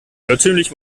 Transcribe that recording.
irrtümlich